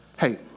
Hey